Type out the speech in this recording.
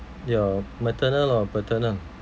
your maternal or paternal